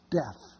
death